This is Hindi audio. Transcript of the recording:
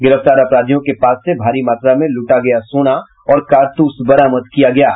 गिरफ्तार अपराधियों के पास से भारी मात्रा में लूटा गया सोना और कारतूस बरामद किया गया है